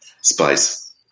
spice